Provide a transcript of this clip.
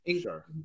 Sure